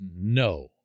no